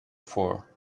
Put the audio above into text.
for